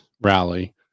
rally